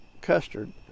custard